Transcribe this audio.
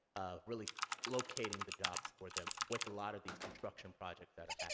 really locating the jobs for them with a lot of these construction projects that are